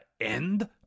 end